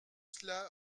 cela